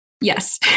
yes